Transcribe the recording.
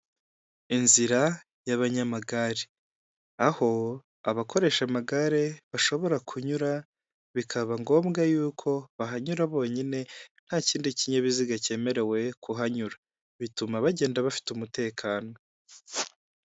Inzira y'abanyamagare, aho abakoresha amagare bashobora kunyura bikaba ngombwa y'uko bahanyura bonyine nta kindi kinyabiziga kemerewe kuhanyura bituma bagenda bafite umutekano.